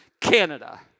Canada